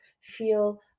feel